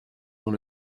dans